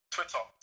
Twitter